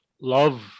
Love